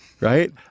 Right